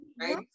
right